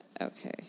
okay